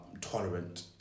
tolerant